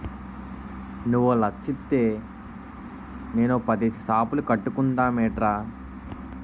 నువ్వో లచ్చిత్తే నేనో పదేసి సాపులు కట్టుకుందమేట్రా